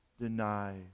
deny